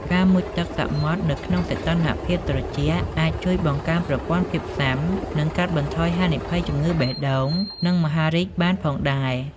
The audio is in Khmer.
ការមុជទឹកសមុទ្រនៅក្នុងសីតុណ្ហភាពត្រជាក់អាចជួយបង្កើនប្រព័ន្ធភាពស៊ាំ និងកាត់បន្ថយហានិភ័យជំងឺបេះដូង និងមហារីកបានផងដែរ។